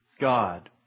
God